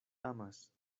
amas